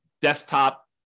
desktop